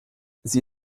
sie